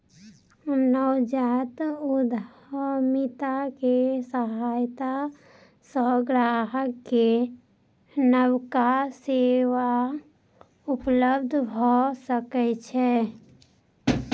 नवजात उद्यमिता के सहायता सॅ ग्राहक के नबका सेवा उपलब्ध भ सकै छै